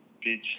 beach